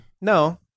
No